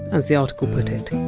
as the article put it.